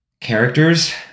characters